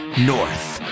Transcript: north